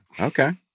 Okay